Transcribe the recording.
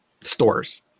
stores